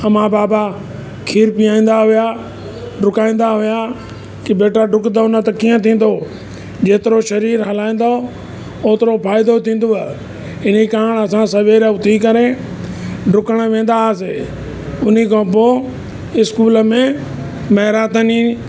अमा बाबा खीर पीआरींदा हुआ ढुकाईंदा हुआ की बेटा ढुकंदव न त कीअं थींदो जेतिरो सरीरु हलाईंदव ओतिरो फ़ाइदो थींदव हिन कारण असां सवेल उथी करे ढुकण वेंदा हुआसीं हुन खां पोइ इस्कूल में मैराथनी